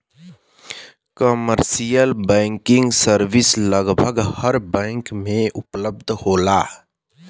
commercial banking service लगभग हर bank में उपलब्ध होला